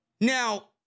Now